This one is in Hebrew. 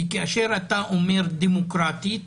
כאשר אתה אומר דמוקרטית,